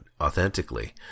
authentically